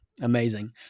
Amazing